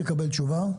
תקבל תשובה.